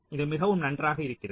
இது மிகவும் நன்றாக இருக்கிறது